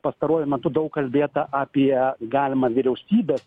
pastaruoju metu daug kalbėta apie galimą vyriausybės